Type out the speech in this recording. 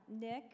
Nick